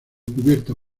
cubierto